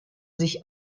sich